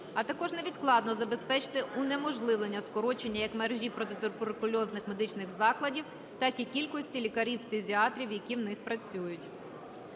а також невідкладно забезпечити унеможливлення скорочення як мережі протитуберкульозних медичних закладів, так і кількості лікарів-фтизіатрів, які в них працюють.